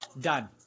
done